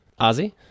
Ozzy